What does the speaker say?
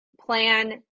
plan